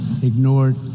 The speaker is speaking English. ignored